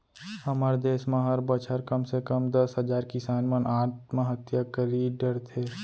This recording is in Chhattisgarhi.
हमर देस म हर बछर कम से कम दस हजार किसान मन आत्महत्या करी डरथे